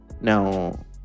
Now